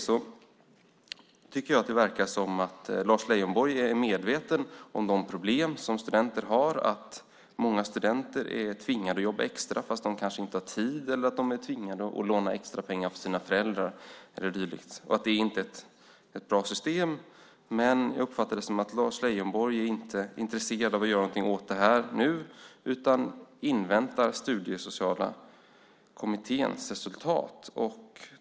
Jag tycker att det verkar som om Lars Leijonborg är medveten om de problem som studenter har. Många studenter är tvingade att jobba extra trots att de inte har tid, eller är tvingade att låna extra pengar av sina föräldrar eller dylikt. Det är inte ett bra system. Jag uppfattar det som att Lars Leijonborg inte är intresserad av att göra något åt det nu, utan inväntar Studiesociala kommitténs resultat.